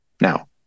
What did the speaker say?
now